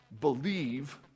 believe